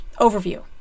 overview